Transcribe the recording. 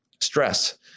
stress